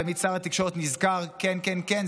תמיד שר התקשורת נזכר: כן כן כן,